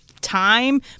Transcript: time